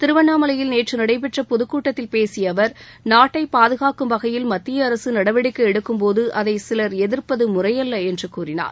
திருவண்ணாமலையில் நேற்று நடைபெற்ற பொதுக்கூட்டத்தில் பேசிய அவர் நாட்டை பாதுகாக்கும் வகையில் மத்திய அரசு நடவடிக்கை எடுக்கும்போது அதை சிவர் எதிர்ப்பது முறையல்ல என்று கூறினார்